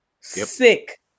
sick